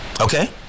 Okay